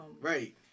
Right